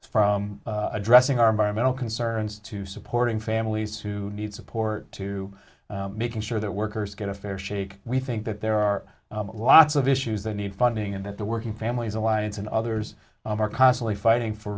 from addressing our environmental concerns to supporting families who need support to making sure that workers get a fair shake we think that there are lots of issues that need funding and that the working families alliance and others are constantly fighting for